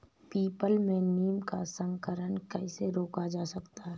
People में नीम का संकरण कैसे रोका जा सकता है?